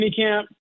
minicamp